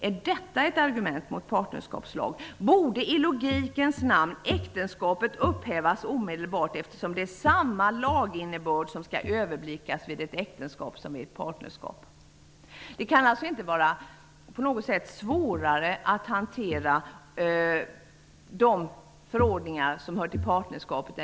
Är detta ett argument mot partnerskapslag borde i logikens namn äktenskapet upphävas omedelbart, eftersom det är samma laginnebörd som skall överblickas vid ett äktenskap som vid ett partnerskap. Det kan alltså inte vara svårare att hantera de förordningar som hör till partnerskapet.